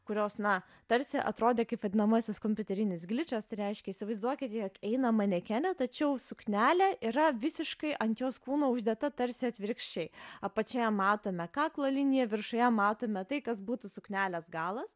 kurios na tarsi atrodė kaip vadinamasis kompiuterinis gličas reiškia įsivaizduokit jog eina manekenė tačiau suknelė yra visiškai ant jos kūno uždėta tarsi atvirkščiai apačioje matome kaklo linija viršuje matome tai kas būtų suknelės galas